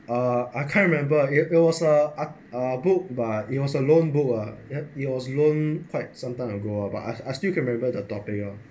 uh I can't remember it it was a a book but it was a loan book ah it it was loaned quite some time ago ah but but I still can remember the topic